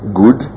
good